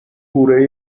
پوره